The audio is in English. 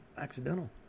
accidental